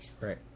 Right